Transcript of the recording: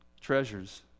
treasures